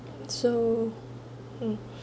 so um